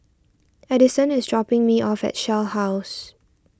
Adyson is dropping me off at Shell House